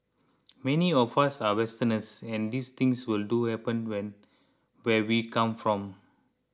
many of us are Westerners and these things would do happen when where we come from